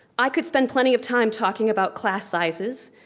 i could spend plenty of time talking about class sizes,